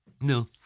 No